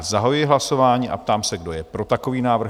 Zahajuji hlasování a ptám se, kdo je pro takový návrh?